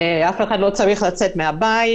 אף אחד לא צריך לצאת מהבית,